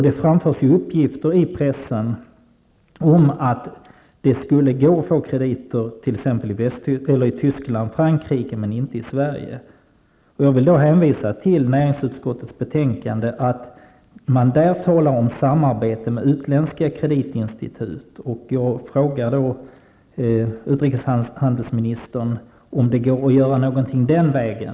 Det framförs uppgifter i pressen om att det skulle vara möjligt att få kredit i t.ex. Tyskland och Frankrike men inte i Sverige. Jag vill då hänvisa till näringsutskottets betänkande, där man talar om samarbete med utländska kreditinstitut. Jag vill fråga utrikeshandelsministern om det går att göra någonting den vägen.